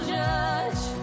judge